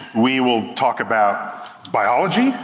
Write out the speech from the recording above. we will talk about biology,